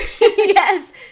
Yes